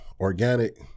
organic